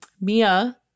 Mia